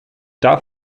darf